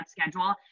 schedule